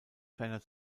ferner